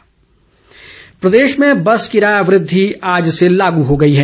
अधिसूचना प्रदेश में बस किराया वृद्धि आज से लागू हो गई है